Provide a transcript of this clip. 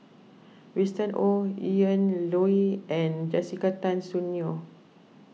Winston Oh Ian Loy and Jessica Tan Soon Neo